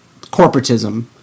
corporatism